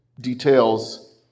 details